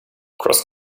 cross